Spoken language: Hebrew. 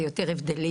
זה יותר הבדלים.